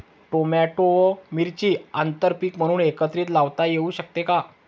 Tomato व मिरची आंतरपीक म्हणून एकत्रित लावता येऊ शकते का?